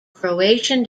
croatian